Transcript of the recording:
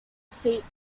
seat